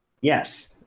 Yes